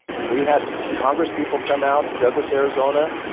and we had congresspeople come out to douglas, arizona,